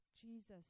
Jesus